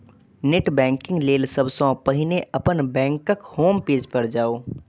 net banking लेल सबसं पहिने अपन बैंकक होम पेज पर जाउ